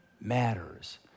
matters